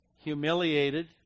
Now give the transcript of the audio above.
humiliated